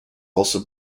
also